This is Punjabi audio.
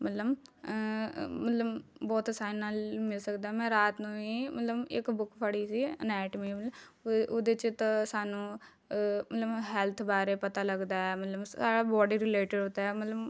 ਮਤਲਬ ਮਤਲਬ ਬਹੁਤ ਆਸਾਨੀ ਨਾਲ਼ ਮਿਲ ਸਕਦਾ ਮੈਂ ਰਾਤ ਨੂੰ ਵੀ ਮਤਲਬ ਇੱਕ ਬੁੱਕ ਪੜ੍ਹੀ ਸੀ ਅਨੈਰੀਟੀਮੇਵਲ ਉਹਦੇ 'ਚ ਤਾਂ ਸਾਨੂੰ ਮਤਲਬ ਹੈਲਥ ਬਾਰੇ ਪਤਾ ਲੱਗਦਾ ਹੈ ਮਤਲਬ ਸਾਰਾ ਬੌਡੀ ਰੀਲੇਟਿਡ ਹੋਤਾ ਮਤਲਬ